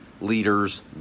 leaders